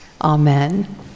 amen